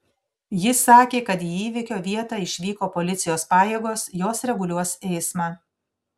ji sakė kad į įvykio vietą išvyko policijos pajėgos jos reguliuos eismą